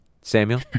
Samuel